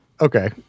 Okay